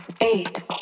eight